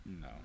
No